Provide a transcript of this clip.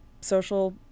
social